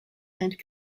and